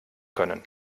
können